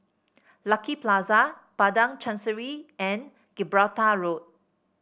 Lucky Plaza Padang Chancery and Gibraltar Road